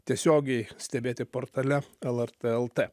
tiesiogiai stebėti portale lrt lt